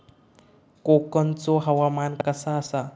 कोकनचो हवामान कसा आसा?